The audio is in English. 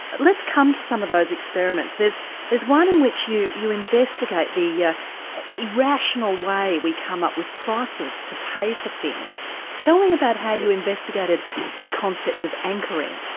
let's come to some of those experiments there's there's one in which you you investigate the yeah irrational way we come up with prices to pay for things. tell me about how you investigated the concept of anchoring.